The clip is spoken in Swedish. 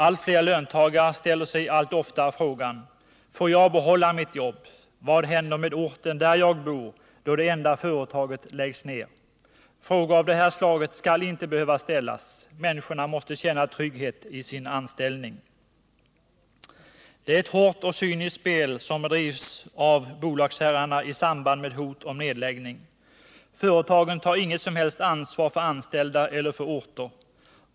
Allt fler löntagare ställer sig allt oftare frågan: Får jag behålla mitt jobb? Vad händer med orten där jag bor, då det enda företaget läggs ned? Frågor av det här slaget skall inte behöva ställas. Människorna måste känna trygghet i sin anställning. Det är ett hårt och cyniskt spel som bedrivs av bolagsherrarna i samband med hot om nedläggning. Företagen tar inget som helst ansvar för anställda eller för orter.